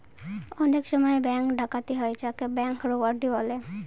অনেক সময় ব্যাঙ্ক ডাকাতি হয় যাকে ব্যাঙ্ক রোবাড়ি বলে